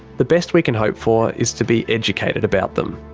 the best we can hope for is to be educated about them.